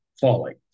falling